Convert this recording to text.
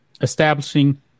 establishing